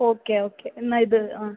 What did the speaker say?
okay okay എന്നാൽ ഇത് ആ